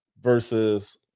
versus